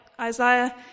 Isaiah